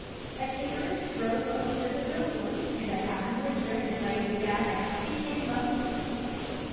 a carriage drove up to the door, and a finely-dressed lady got out and came up the steps.